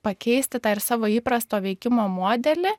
pakeisti tą ir savo įprasto veikimo modelį